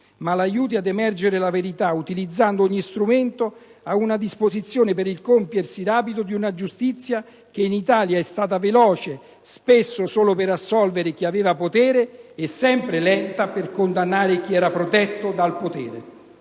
ma aiuti l'emergere della verità utilizzando ogni strumento a sua disposizione per il compiersi rapido di una giustizia che in Italia è stata veloce spesso solo per assolvere chi aveva potere e sempre lenta per condannare chi era protetto dal potere.